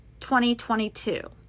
2022